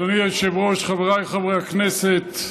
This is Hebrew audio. אדוני היושב-ראש, חבריי חברי הכנסת,